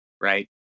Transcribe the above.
right